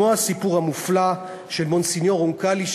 כמו הסיפור המופלא של מונסניור רונקלי,